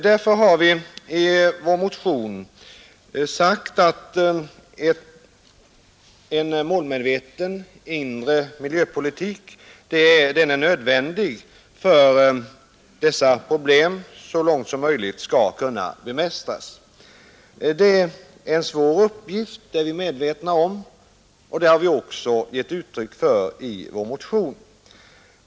Därför har vi i vår motion sagt att en målmedveten inre miljöpolitik är nödvändig för att dessa problem så långt som möjligt skall kunna bemästras. Det är en svår uppgift — det är vi medvetna om — och det har vi också givit uttryck för i vår motion.